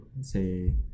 say